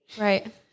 right